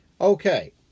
Okay